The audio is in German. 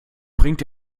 bringt